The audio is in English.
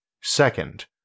Second